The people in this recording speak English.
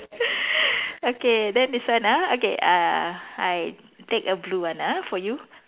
okay then this one ah okay uh I take a blue one ah for you